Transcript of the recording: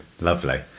Lovely